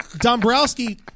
Dombrowski